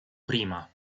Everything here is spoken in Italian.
prima